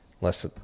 less